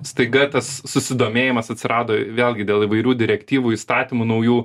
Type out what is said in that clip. staiga tas susidomėjimas atsirado vėlgi dėl įvairių direktyvų įstatymų naujų